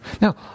Now